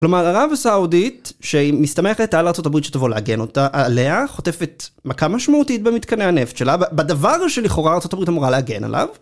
כלומר, ערב הסעודית, שהיא מסתמכת על ארה״ב שתבוא להגן אותה עליה, חוטפת מכה משמעותית במתקני הנפט שלה, בדבר שלכאורה ארה״ב אמורה להגן עליו.